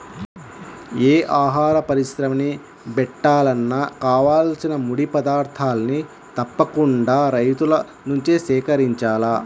యే ఆహార పరిశ్రమని బెట్టాలన్నా కావాల్సిన ముడి పదార్థాల్ని తప్పకుండా రైతుల నుంచే సేకరించాల